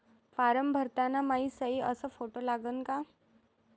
Form भरताना मायी सयी अस फोटो लागन का?